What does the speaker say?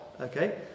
Okay